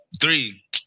Three